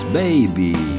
baby